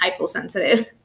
hyposensitive